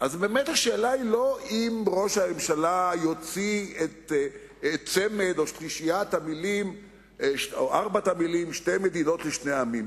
השאלה אינה אם ראש הממשלה יוציא את ארבע המלים "שתי מדינות לשני עמים".